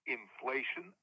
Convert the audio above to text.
inflation